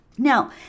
Now